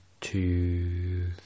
two